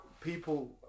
people